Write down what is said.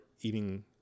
eating